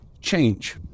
change